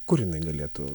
kur jinai galėtų